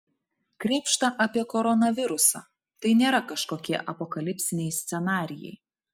krėpšta apie koronavirusą tai nėra kažkokie apokalipsiniai scenarijai